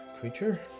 creature